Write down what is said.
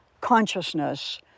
consciousness